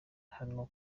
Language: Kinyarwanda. hano